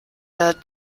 der